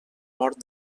mort